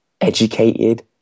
educated